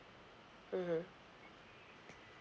mmhmm